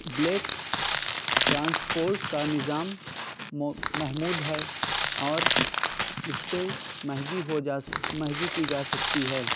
black transport کا نظام محمود ہے اور اس کے مہنگی ہو جا مہنگی کی جا سکتی ہے